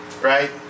right